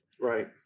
Right